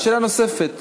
זאת שאלה נוספת.